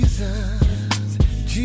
Jesus